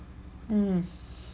um